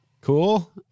cool